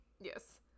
yes